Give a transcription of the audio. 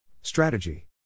Strategy